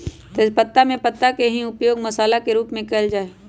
तेजपत्तवा में पत्ता के ही उपयोग मसाला के रूप में कइल जा हई